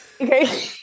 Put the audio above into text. okay